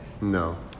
No